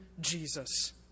Jesus